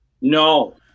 No